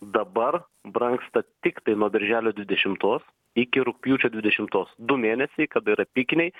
dabar brangsta tiktai nuo birželio dvidešimtos iki rugpjūčio dvidešimtos du mėnesiai kada yra pikiniai